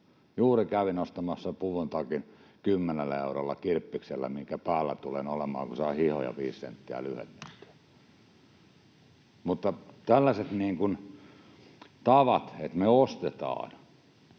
Juuri kävin ostamassa puvuntakin kymmenellä eurolla kirppikseltä, mikä päällä tulen olemaan, kun saan hihoja viisi senttiä lyhennettyä. Mutta tällaiset tavat, että me ostetaan